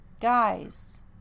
guys